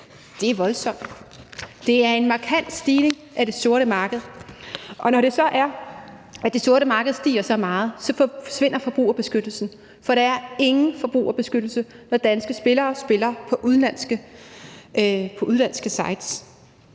Det er voldsomt, det er en markant stigning af det sorte marked, og når det så er, at det sorte marked stiger så meget, forsvinder forbrugerbeskyttelsen, for der er ingen forbrugerbeskyttelse, når danske spillere spiller på udenlandske sites.